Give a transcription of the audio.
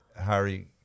Harry